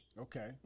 Okay